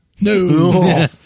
No